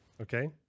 Okay